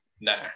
nah